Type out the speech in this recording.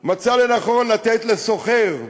מצאה לנכון לתת לסוחר,